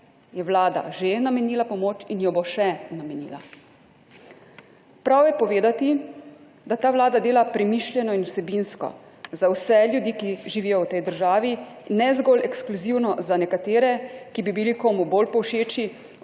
je Vlada že namenila pomoč in jo bo še namenila. Prav je povedati, da ta Vlada dela premišljeno in vsebinsko, za vse ljudi, ki živijo v tej državi, ne zgolj ekskluzivno za nekatere, ki bi bili komu bolj povšeči,